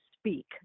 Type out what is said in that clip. speak